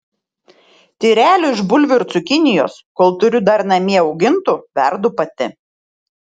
tyrelių iš bulvių ir cukinijos kol turiu dar namie augintų verdu pati